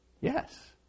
Yes